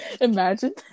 Imagine